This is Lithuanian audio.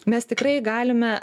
mes tikrai galime